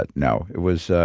but no, it was,